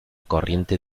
corriente